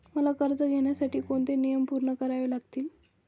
मला कर्ज घेण्यासाठी कोणते नियम पूर्ण करावे लागतील?